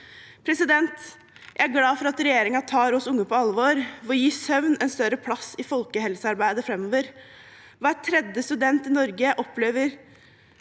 uhelse. Jeg er glad for at regjeringen tar oss unge på alvor ved å gi søvn en større plass i folkehelsearbeidet framover. Hver tredje student i Norge oppfyller